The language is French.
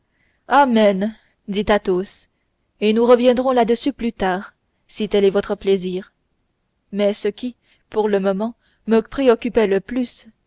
amen dit athos et nous reviendrons là-dessus plus tard si tel est votre plaisir mais ce qui pour le moment me préoccupait le plus